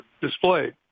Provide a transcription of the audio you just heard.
displayed